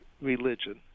religion